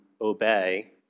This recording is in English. obey